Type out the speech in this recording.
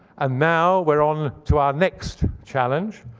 and now we're on to our next challenge,